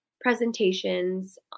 presentations